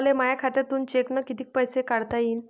मले माया खात्यातून चेकनं कितीक पैसे काढता येईन?